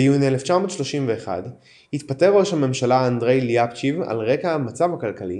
ביוני 1931 התפטר ראש הממשלה אנדריי ליאפצ'ב על רקע המצב הכלכלי